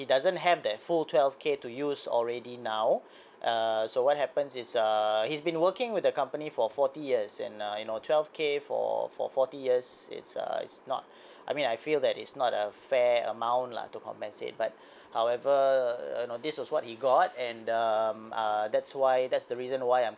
he doesn't have that full twelve k to use already now err so what happens is uh he's been working with the company for forty years and uh you know twelve k for for forty years it's uh it's not I mean I feel that is not a fair amount lah to compensate but however uh this was what he got and um ah that's why that's the reason why I'm